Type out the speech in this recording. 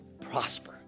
prosper